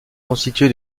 constitué